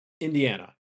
Indiana